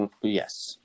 Yes